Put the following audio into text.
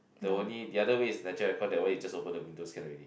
the only the other way is natural air con that one you just open the windows can already